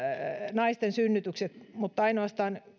naisten synnytykset mutta ainoastaan